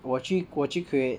我去我去 create